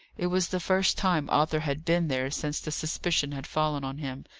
it was the first time arthur had been there since the suspicion had fallen on him,